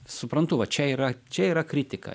suprantu va čia yra čia yra kritika